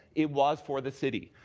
it was for the city.